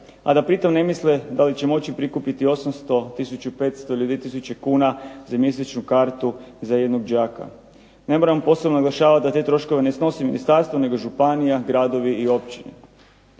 a da pritom ne misle da li će moći prikupiti 800, 1500 ili 2000 kuna za mjesečnu kartu za jednog đaka. Ne moram posebno naglašavati da te troškove ne snosi ministarstvo, nego županija, gradovi i općine.